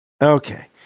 Okay